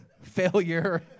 failure